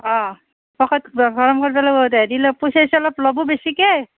অঁ পকেট গৰম কৰিব লাগিব হেৰি পইচা চইচা অলপ ল'বো বেছিকেই